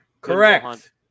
correct